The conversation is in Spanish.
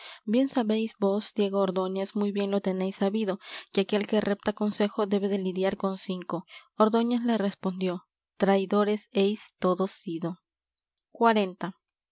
bien sabéis vos diego ordóñez muy bien lo tenéis sabido que aquel que repta concejo debe de lidiar con cinco ordóñez le respondió traidores heis todos sido